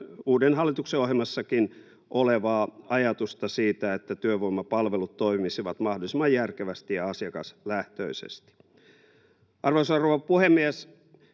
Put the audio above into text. uuden hallituksen ohjelmassakin olevaa ajatusta siitä, että työvoimapalvelut toimisivat mahdollisimman järkevästi ja asiakaslähtöisesti. Arvoisa rouva puhemies!